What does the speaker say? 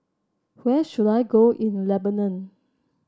where should I go in Lebanon